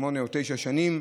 שמונה או שתשע שנים,